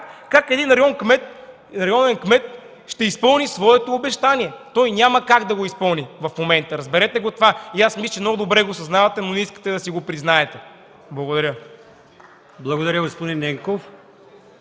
как един районен кмет ще изпълни своето обещание. Той няма как да го изпълни в момента. Разберете го това. Мисля, че много добре го съзнавате, но не искате да го признаете. Благодаря. ПРЕДСЕДАТЕЛ АЛИОСМАН